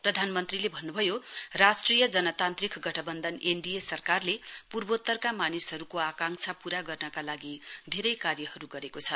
प्रधानमन्त्रीले भन्नुभयो राष्ट्रिय जनतान्त्रिक गठवन्धन इनडीए सरकारले पूर्वोत्तरका मानिसहरुको आकांक्षा पूरा गर्नका लागि धेरै कार्यहरु गरेको छ